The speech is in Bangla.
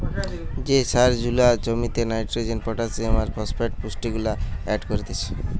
যে সার জুলা জমিতে নাইট্রোজেন, পটাসিয়াম আর ফসফেট পুষ্টিগুলা এড করতিছে